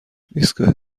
ایستگاه